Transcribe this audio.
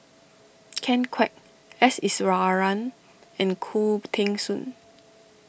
Ken Kwek S Iswaran and Khoo Teng Soon